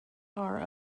are